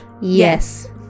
Yes